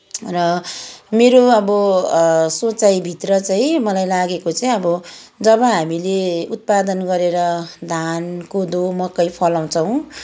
र मेरो अब सोचाइभित्र चाहिँ मलाई लागेको चाहिँ अब जब हामीले उत्पादन गरेर धान कोदो मकै फलाउँछौँ